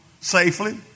safely